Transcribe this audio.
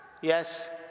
Yes